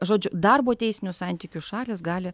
žodžiu darbo teisinių santykių šalys gali